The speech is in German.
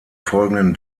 folgenden